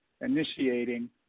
initiating